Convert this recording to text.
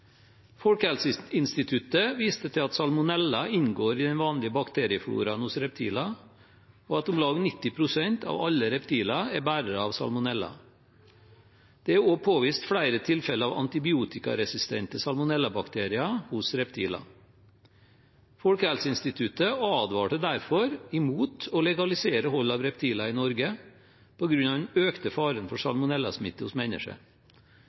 Folkehelseinstituttet viste til at salmonella inngår i den vanlige bakteriefloraen hos reptiler, og at om lag 90 pst. av alle reptiler er bærere av salmonella. Det er også påvist flere tilfeller av antibiotikaresistente salmonellabakterier hos reptiler. Folkehelseinstituttet advarte derfor mot å legalisere hold av reptiler i Norge på grunn av den økte faren for salmonellasmitte hos mennesker.